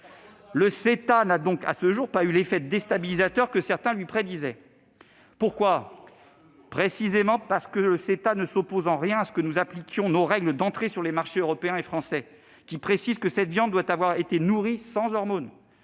Le CETA n'a donc pas eu, à ce jour, l'effet déstabilisateur que certains lui prédisaient, ... À ce jour ...... parce qu'il ne s'oppose en rien à ce que nous appliquions nos règles d'entrée sur les marchés européens et français, qui précisent que cette viande doit avoir été nourrie sans hormones.